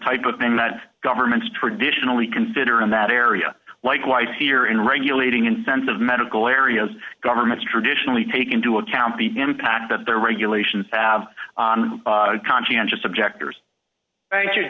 type of thing that governments traditionally consider in that area likewise here in regulating in sense of medical areas governments traditionally take into account the impact that their regulations have on conscientious objector